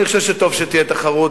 אני חושב שטוב שתהיה תחרות.